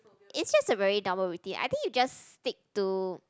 is just a very normal routine I think you just stick to